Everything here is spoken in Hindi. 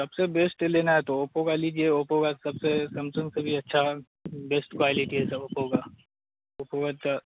सबसे बेस्ट लेना है तो ओप्पो का लीजिए ओप्पो का सबसे सैमसंग से भी अच्छा है बेस्ट क्वालिटी है सब ओप्पो का ओप्पो तो